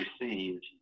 received